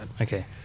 Okay